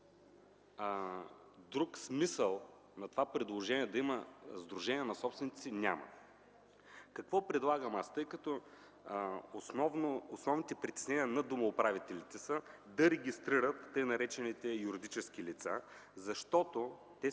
Друг смисъл на това предложение – да има сдружение на собствениците, няма. Какво предлагам аз? Тъй като основните притеснения на домоуправителите са да регистрират така наречените юридически лица, защото се